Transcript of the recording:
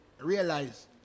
realize